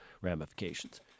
ramifications